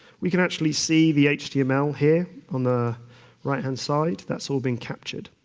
we can actually see the html here on the right-hand side. that's all being captured.